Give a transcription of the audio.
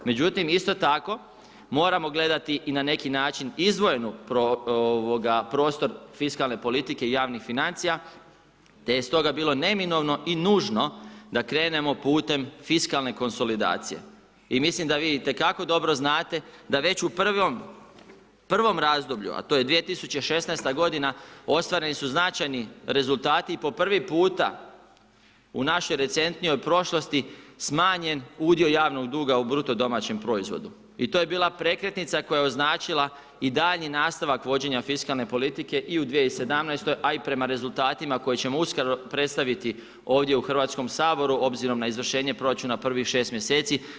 Međutim isto tako moramo gledati i na neki način izdvojen prostor fiskalne politike i javnih financija te je stoga bilo neminovno i nužno da krenemo putem fiskalne konsolidacije i mislim da vi itekako dobro znate da već u prvom razdoblju, a to je 2016. godina ostvareni su značajni rezultati i po prvi puta u našoj recentnijoj prošlosti smanjen udio javnog duga u bruto domaćem proizvodu i to je bila prekretnica koja je označila i daljnji nastavak vođenja fiskalne politike i u 2017., a i prema rezultatima koje ćemo uskoro predstaviti ovdje u Hrvatskom saboru obzirom na izvršenje proračuna prvih 6 mjeseci.